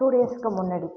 two டேஸ்க்கு முன்னாடி